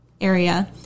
area